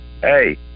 Hey